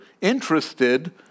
interested